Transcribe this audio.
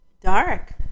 dark